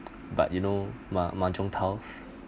but you know mah~ mahjong tiles